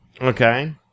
Okay